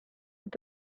with